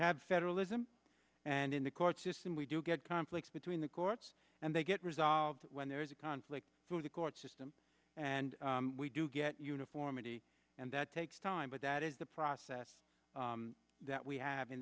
have federalism and in the court system we do get conflicts between the courts and they get resolved when there is a conflict through the court system and we do get uniformity and that takes time but that is the process that we have in